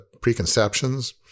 preconceptions